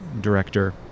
director